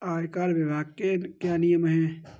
आयकर विभाग के क्या नियम हैं?